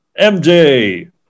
MJ